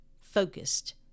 focused